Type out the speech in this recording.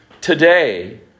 today